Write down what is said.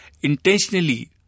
intentionally